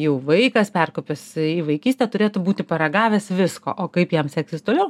jau vaikas perkopęs į vaikystę turėtų būti paragavęs visko o kaip jam seksis toliau